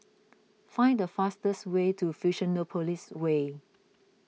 find the fastest way to Fusionopolis Way